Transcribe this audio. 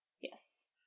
Yes